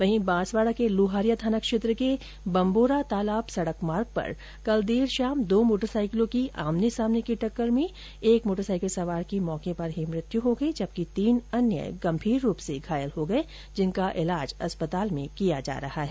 वहीं बांसवाडा को लुहारिया थाना क्षेत्र के बम्बोरा तालाब सड़क मार्ग पर कल देर शाम दो मोटरसाईकिलों की आमने सामने की टक्कर में एक मोटरसाईकिल सवार की मौके पर ही मौत हो गई जबकि तीन अन्य गंभीर घायल हो गए जिनका ईलाज अस्पताल में किया जा रहा है